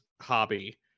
hobby